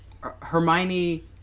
Hermione